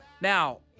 Now